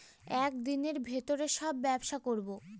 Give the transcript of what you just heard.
এক দিনের ভিতরে সব ব্যবসা করবো